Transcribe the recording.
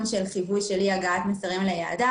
מנגנון של אי הגעת מסרים ליעדם.